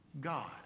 God